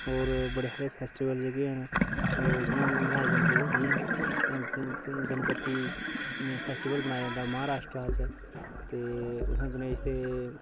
होर बड़े हारे फैस्टिवल जेह्के न ओह् बना मनाए जंदे जियां गणपति जियां फैस्टिवल मनाया जंदा महाराश्ट्रा च ते उत्थै गनेश ते